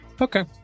Okay